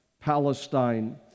Palestine